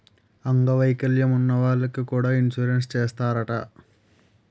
అంగ వైకల్యం ఉన్న వాళ్లకి కూడా ఇన్సురెన్సు చేస్తారట